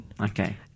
Okay